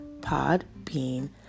Podbean